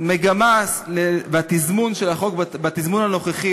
המגמה והתזמון של החוק בתזמון הנוכחי